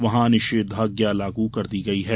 वहां निषेधाज्ञा लागू कर दी गयी है